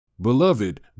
Beloved